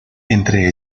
entre